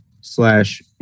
Slash